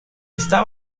esta